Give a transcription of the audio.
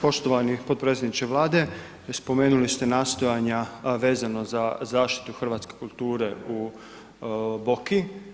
Poštovani potpredsjedniče Vlade, spomenuli ste nastojanja vezano za zaštitu hrvatske kulture u Boki.